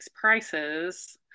prices